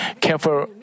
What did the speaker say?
careful